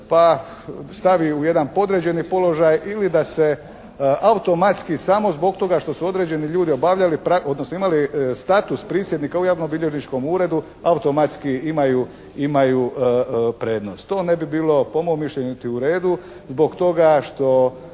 pak stavi u jedan podređeni položaj ili da se automatski samo zbog toga što su određeni ljudi obavljali odnosno imali status prisjednika u javnobilježničkom uredu automatski imaju prednost. To ne bi bilo ni po mom mišljenju uredu, zbog toga što